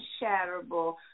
unshatterable